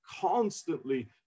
constantly